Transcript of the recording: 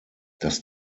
dass